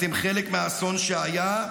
אתם חלק מהאסון שהיה,